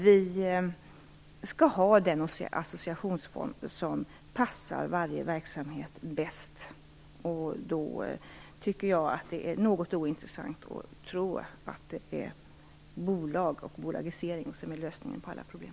Vi skall ha den associationsform som passar varje verksamhet bäst, och då är det ointressant att tro att bolag och bolagisering är lösningen på alla problem.